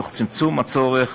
תוך צמצום הצורך